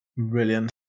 Brilliant